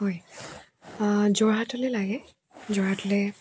হয় যোৰহাটলৈ লাগে যোৰহাটলৈ